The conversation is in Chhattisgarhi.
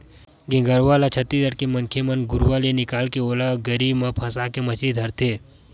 गेंगरूआ ल छत्तीसगढ़ के मनखे मन घुरुवा ले निकाले के ओला गरी म फंसाके मछरी धरथे